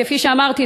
כפי שאמרתי,